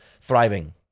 thriving